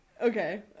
Okay